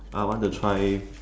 I want to try